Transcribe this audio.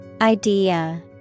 Idea